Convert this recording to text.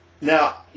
now